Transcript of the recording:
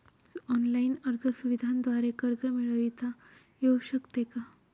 Online अर्ज सुविधांद्वारे कर्ज मिळविता येऊ शकते का?